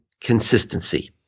consistency